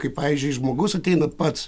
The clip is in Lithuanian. kai pavyzdžiui žmogus ateina pats